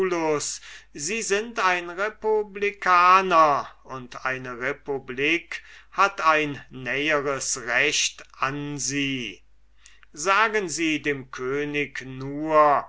sie sind ein republikaner und eine republik hat ein näheres recht an sie sagen sie dem könige nur